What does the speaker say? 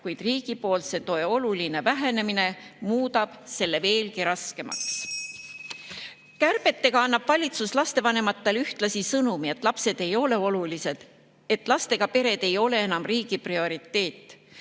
kuid riigi toe oluline vähenemine muudab selle veelgi raskemaks. Kärbetega annab valitsus lastevanematele ühtlasi sõnumi, et lapsed ei ole olulised, et lastega pered ei ole enam riigi prioriteet.